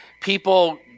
people